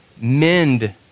mend